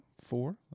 four